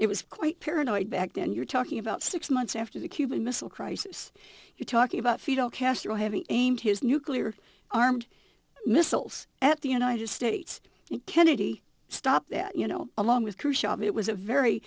it was quite paranoid back then you're talking about six months after the cuban missile crisis you're talking about fetal castro having aimed his nuclear armed missiles at the united states kennedy stop that you know along with khrushchev it was a very